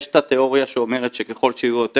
יש את התיאוריה שאומרת שככל שיהיו יותר